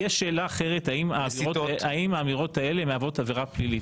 יש שאלה אחרת והיא האם האמירות האלה מהוות עבירה פלילית.